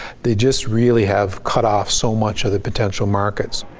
they just really have cut off so much of the potential markets.